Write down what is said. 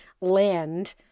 land